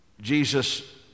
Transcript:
Jesus